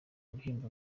ibihembo